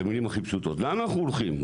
על מה אנחנו הולכים?